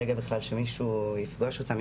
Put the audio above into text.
שמישהו בכלל יפגוש אותם,